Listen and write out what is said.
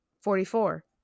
Forty-four